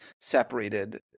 separated